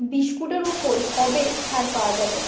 বিস্কুটের ওপর কবে ছাড় পাওয়া যাবে